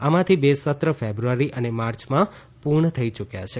આમાંથી બે સત્ર ફેબ્રઆરી અને માર્ચમાં પૂર્ણ થઈ ચૂક્યા છે